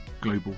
Global